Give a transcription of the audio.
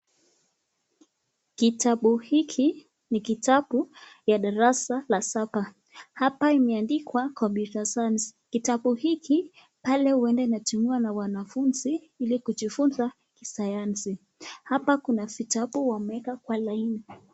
Kitabu hiki ni kitabu ya darasa la saba, hapa imeandikwa computer science .Kitabu hiki pale huenda inatumiwa na wanafunzi ili kujifunza kisayansi hapa kuna vitabu wameweka kwa laini.